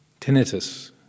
tinnitus